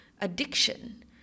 addiction